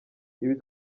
ibi